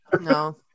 No